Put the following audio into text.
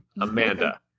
Amanda